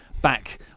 back